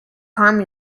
time